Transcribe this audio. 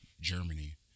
germany